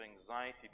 anxiety